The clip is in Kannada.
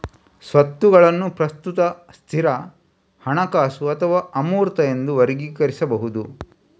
ಸ್ವತ್ತುಗಳನ್ನು ಪ್ರಸ್ತುತ, ಸ್ಥಿರ, ಹಣಕಾಸು ಅಥವಾ ಅಮೂರ್ತ ಎಂದು ವರ್ಗೀಕರಿಸಬಹುದು